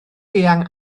eang